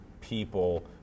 people